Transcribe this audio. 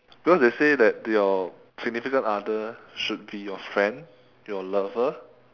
because they say that your significant other should be your friend your lover